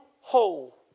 whole